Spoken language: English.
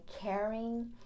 caring